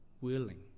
willing